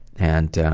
and